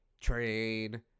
train